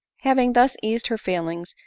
having thus eased her feelings,